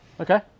Okay